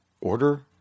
order